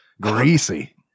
greasy